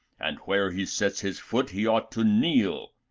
and where he sets his foot, he ought to kneel.